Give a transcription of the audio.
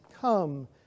come